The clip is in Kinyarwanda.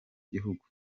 gihugu